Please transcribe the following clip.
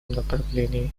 направлении